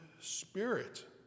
spirit